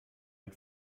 ein